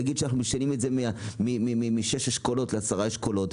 לשנות משש אשכולות לעשרה אשכולות,